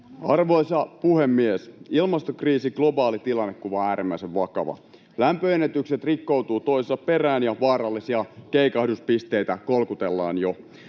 Arvoisa puhemies! Ilmastokriisi, globaali tilannekuva, on äärimmäisen vakava. Lämpöennätykset rikkoutuvat toinen toisensa perään, ja vaarallisia keikahduspisteitä kolkutellaan jo.